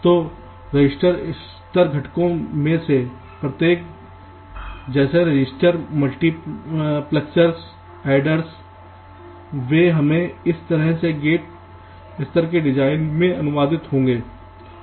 तो रजिस्टर स्तर घटकों में से प्रत्येक जैसे रजिस्टर मल्टीप्लेक्सर्स अडडेर्स वे हमें इस तरह से गेट स्तर के डिजाइन में अनुवादित होंगे